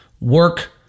Work